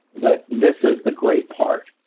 but this is the great part.